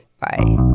Bye